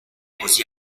così